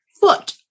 foot